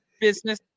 business